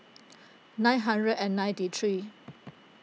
nine hundred and ninety three